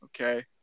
okay